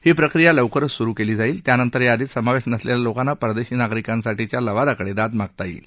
ही प्रक्रिया लवकरच सुरु करण्यात येईल त्यानंतर यादीत समावेश नसलेल्या लोकांना परदेशी नागरिकांसाठीच्या लवादाकडे दाद मागता येईल